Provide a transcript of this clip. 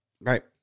right